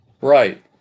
right